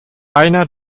einer